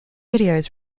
videos